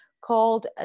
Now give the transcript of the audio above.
called